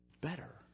better